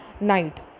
night